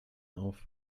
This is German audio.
auf